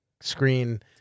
screen